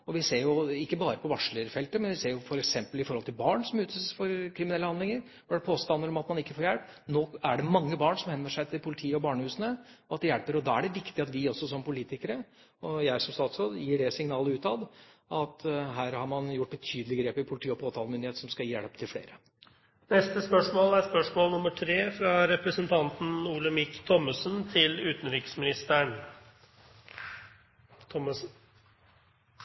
Vi ser det jo ikke bare på varslerfeltet. Vi ser det f.eks. i forhold til barn som utsettes for kriminelle handlinger, hvor det har vært påstander om at man ikke får hjelp. Nå er det mange barn som henvender seg til politiet og barnehusene, og det hjelper. Da er det viktig at vi også som politikere – og jeg som statsråd – gir det signalet utad at her har man gjort betydelige grep i politi og påtalemyndighet som skal gi hjelp til flere. Da går vi tilbake til spørsmål 3. Mitt spørsmål